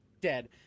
dead